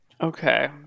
Okay